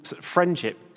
friendship